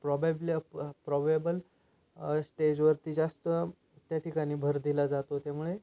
probably probable श्टेजवरती जास्त त्या ठिकाणी भर दिला जातो त्यामुळे